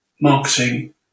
marketing